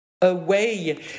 away